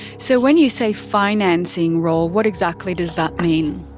so when you say financing role what exactly does that mean?